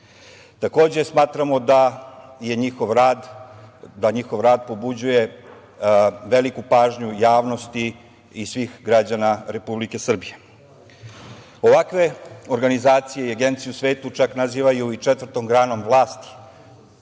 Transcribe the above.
Takođe smatramo da njihov rad pobuđuje veliku pažnju javnosti i svih građana Republike Srbije. Ovakve organizacije i agencije, u svetu čak nazivaju i četvrtom granom vlasti,